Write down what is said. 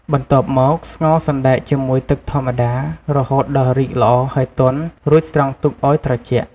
បន្ទាប់មក ស្ងោរសណ្ដែកជាមួយទឹកធម្មតា រហូតដល់រីកល្អហើយទន់ រួចស្រង់ទុកឲ្យត្រជាក់។